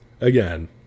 again